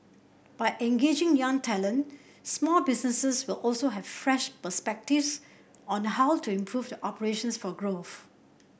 by engaging young talent small businesses will also have fresh perspectives on how to improve the operations for growth